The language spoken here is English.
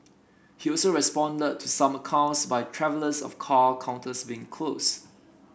he also responded to some accounts by travellers of car counters being closed